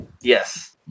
Yes